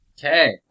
Okay